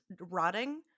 rotting